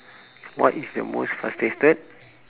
what is the most frustrated